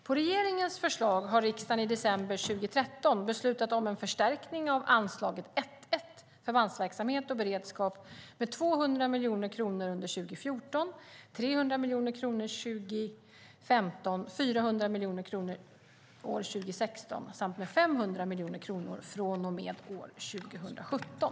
På regeringens förslag har riksdagen i december 2013 beslutat om en förstärkning av anslaget 1:1 Förbandsverksamhet och beredskap med 200 miljoner kronor under 2014, 300 miljoner kronor 2015, 400 miljoner kronor 2016 samt 500 miljoner kronor från och med 2017 (prop. 2013/14:1 utg.omr.